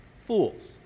fools